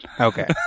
Okay